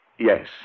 Yes